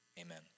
amen